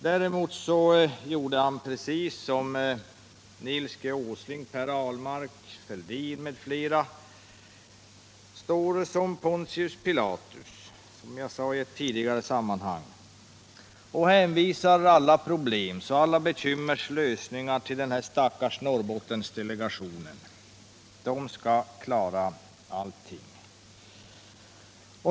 Däremot gjorde han precis som Nils Åsling, Per Ahlmark, Thorbjörn Fälldin m.fl. — han stod som Pontius Pilatus och hänvisade för lösningarna på alla problem och bekymmer till den stackars Norrbottensdelegationen. Den skall klara allt.